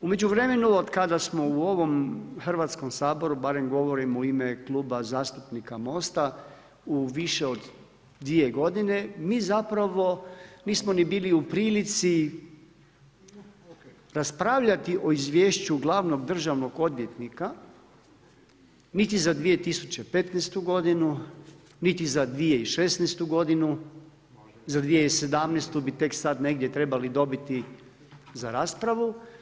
U međuvremenu od kada smo u ovom Hrvatskom saboru, barem govorim u ime Kluba zastupnika Mosta u više od dvije godine mi zapravo nismo ni bili u prilici raspravljati o Izvješću glavnog državnog odvjetnika niti za 2015. godinu, niti za 2016. godinu, za 2017. bi tek sada negdje trebali dobiti za raspravu.